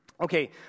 Okay